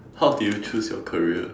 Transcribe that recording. how do you choose your career